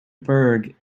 burgh